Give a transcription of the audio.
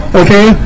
okay